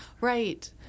Right